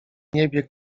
niebie